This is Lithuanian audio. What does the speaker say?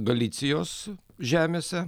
galicijos žemėse